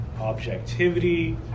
objectivity